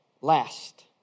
Last